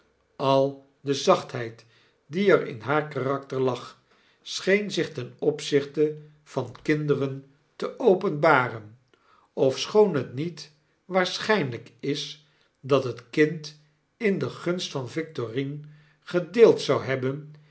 al de zachtheid die er in haar karakter lag scheen zich ten opzichte van kinderen te openbaren ofschoon het niet waarschynlijk is dat het kind in de gunst van victorine gedeeld zou hebben